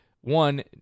one